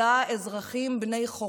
אלא אזרחים בני חורין".